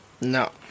No